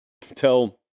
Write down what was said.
tell